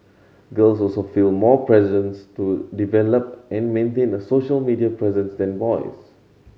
girls also feel more presence to develop and maintain a social media presence than boys